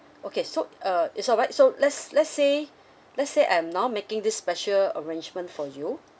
okay so uh it's alright so let's let's say let's say I'm now making this special arrangement for you